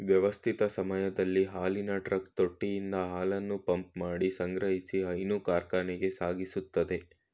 ವ್ಯವಸ್ಥಿತ ಸಮಯದಲ್ಲಿ ಹಾಲಿನ ಟ್ರಕ್ ತೊಟ್ಟಿಯಿಂದ ಹಾಲನ್ನು ಪಂಪ್ಮಾಡಿ ಸಂಗ್ರಹಿಸಿ ಹೈನು ಕಾರ್ಖಾನೆಗೆ ಸಾಗಿಸ್ತದೆ